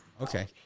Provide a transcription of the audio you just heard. Okay